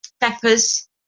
peppers